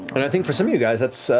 and i think for some of you guys, that's